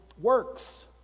works